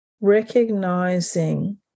recognizing